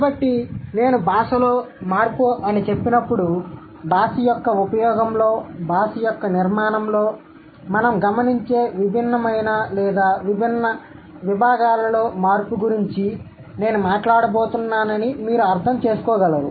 కాబట్టి నేను భాషలో మార్పు అని చెప్పినప్పుడు భాష యొక్క ఉపయోగంలో భాష యొక్క నిర్మాణంలో మనం గమనించే విభిన్నమైన లేదా విభిన్న డొమైన్లలో మార్పు గురించి నేను మాట్లాడబోతున్నానని మీరు అర్థం చేసుకోగలరు